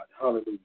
hallelujah